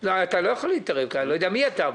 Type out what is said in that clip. אתה לא יכול להתערב כי אני לא יודע מי אתה.